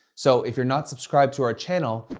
so if you're not subscribed to our channel,